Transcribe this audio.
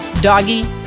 Doggy